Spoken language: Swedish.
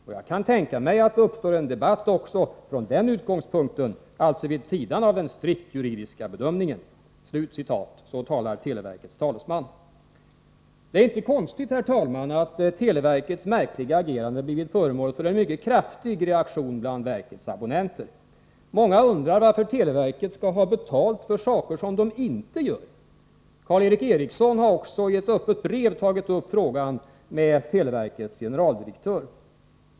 Och jag kan tänka mig att det uppstår en debatt också från den utgångspunkten, alltså vid sidan av den strikt juridiska bedömningen.” Det är inte konstigt, herr talman, att televerkets märkliga agerande blivit föremål för en mycket kraftig reaktion bland verkets abonnenter. Många undrar varför televerket skall ha betalt för saker, som de inte gör. Karl Erik Eriksson har också i ett öppet brev tagit upp frågan med televerkets generaldirektör.